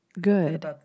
Good